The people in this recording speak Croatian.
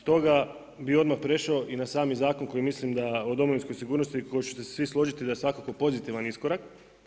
Stoga bih odmah prešao i na sami zakon, koji mislim da, o domovinskoj sigurnosti koji ćete se svi složiti da je svakako pozitivan iskorak.